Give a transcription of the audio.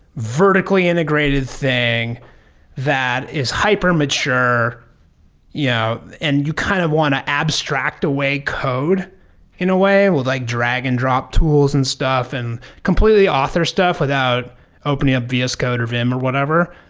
vertically integrated thing that is hyper mature yeah and you kind of want to abstract away code in a way, well like drag and drop tools and stuff and completely author stuff without opening up vs code or vim or whatever,